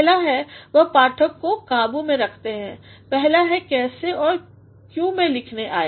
पहला है वह पाठक को काबू में रखते हैं पहला है कैसे और क्यों मै लिखने आया